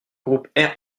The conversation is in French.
groupe